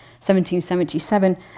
1777